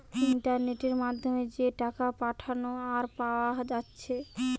ইন্টারনেটের মাধ্যমে যে টাকা পাঠানা আর পায়া যাচ্ছে